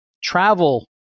travel